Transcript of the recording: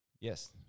Yes